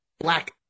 Black